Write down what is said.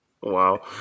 Wow